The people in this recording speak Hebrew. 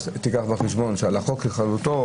תיקח בחשבון שעל החוק בכללותו,